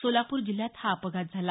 सोलापूर जिल्ह्यात हा अपघात झाला